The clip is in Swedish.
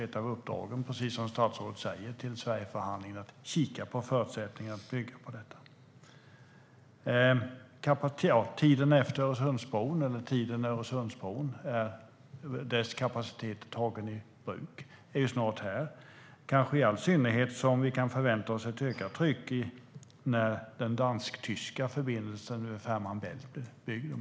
Ett av uppdragen till Sverigeförhandlingen är, precis som statsrådet säger, att kika på förutsättningen att bygga på detta. Tiden då Öresundsbrons fulla kapacitet är tagen i bruk är snart här, kanske i synnerhet som vi kan förvänta oss ett ökat tryck när den dansk-tyska förbindelsen över Fehmarn bält är byggd.